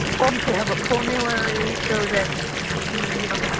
um you should have a formulary so that you have